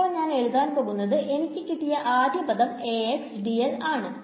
അപ്പോൾ ഞാൻ എഴുതാൻ പോകുന്നത് എനിക്ക് കിട്ടിയ ആദ്യം പദം ആണു